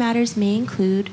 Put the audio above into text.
matters mean clued